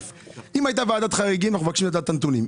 אם הייתה ועדת חריגים אנחנו מבקשים לדעת את הנתונים.